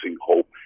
hope